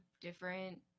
different